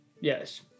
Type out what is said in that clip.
Yes